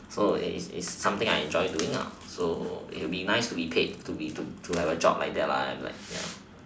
so it's it's something I enjoy doing ah so it would be nice to be paid to be doing something like that ya